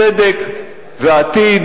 צדק ועתיד